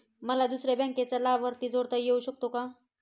मला दुसऱ्या बँकेचा लाभार्थी जोडता येऊ शकतो का?